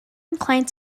inclined